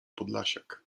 podlasiak